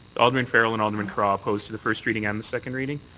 alderman farrell and alderman carra opposed to the first reading and second reading.